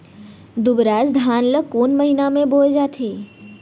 दुबराज धान ला कोन महीना में बोये जाथे?